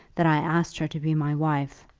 that i asked her to be my wife.